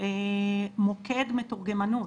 מוקד מתורגמנות.